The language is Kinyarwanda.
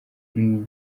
ry’ubu